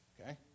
Okay